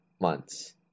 months